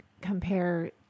compare